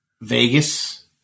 Vegas